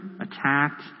attacked